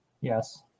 Yes